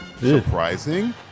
surprising